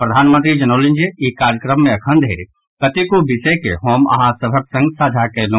प्रधानमंत्री जनौलनि जे ई कार्यक्रम मे अखन धरि कतेको विषय के हम अहां सभक संग साझा कयलू